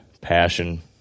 passion